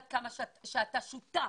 כמה אתה שותף